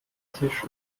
tisch